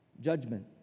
judgment